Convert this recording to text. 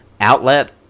outlet